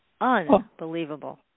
unbelievable